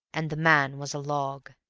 and the man was a log.